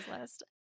List